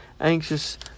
anxious